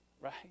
right